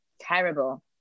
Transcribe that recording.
terrible